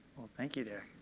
thank you, derek.